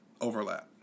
overlap